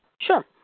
Sure